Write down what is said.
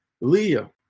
Leah